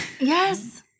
Yes